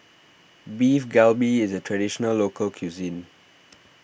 Beef Galbi is a Traditional Local Cuisine